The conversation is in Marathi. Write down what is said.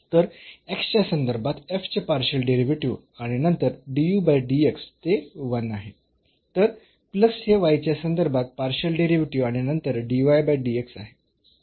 तर च्या संदर्भात चे पार्शियल डेरिव्हेटिव्ह आणि नंतर ते 1 आहे तर प्लस हे च्या संदर्भात पार्शियल डेरिव्हेटिव्ह आणि नंतर आहे